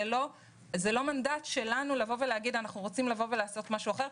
זה לא מנדט שלנו להגיד שאנחנו רוצים לעשות משהו אחר,